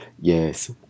Yes